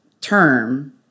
term